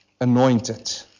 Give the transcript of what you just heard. Anointed